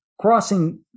crossing